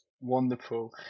Wonderful